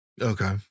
okay